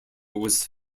was